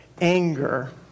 anger